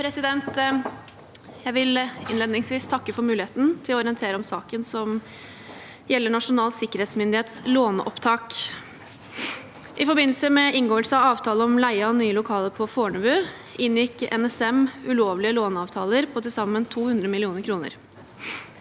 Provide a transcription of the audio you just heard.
Mehl Jeg vil innled- ningsvis takke for muligheten til å orientere om saken som gjelder Nasjonal sikkerhetsmyndighets låneopptak. I forbindelse med inngåelse av avtale om leie av nye lokaler på Fornebu inngikk NSM ulovlige låneavtaler på til sammen 200 mill. kr.